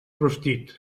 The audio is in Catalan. rostit